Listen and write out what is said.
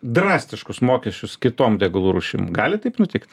drastiškus mokesčius kitom degalų rūšim gali taip nutikt